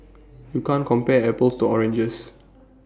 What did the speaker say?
you can't compare apples to oranges